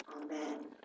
Amen